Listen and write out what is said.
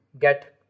get